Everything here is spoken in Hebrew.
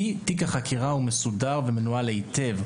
כי תיק החקירה הוא מסודר ומנוהל היטב,